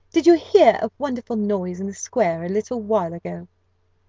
did you hear a wonderful noise in the square a little while ago?